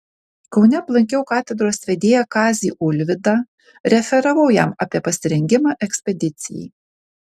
kaune aplankiau katedros vedėją kazį ulvydą referavau jam apie pasirengimą ekspedicijai